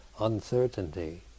Uncertainty